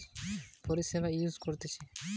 KYC করতে হয় লোককে আলাদা আলাদা পরিষেবা ইউজ করতে